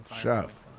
Chef